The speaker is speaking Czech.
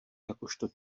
jakožto